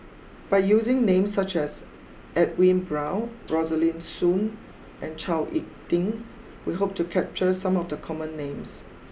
by using names such as Edwin Brown Rosaline Soon and Chao Hick Tin we hope to capture some of the common names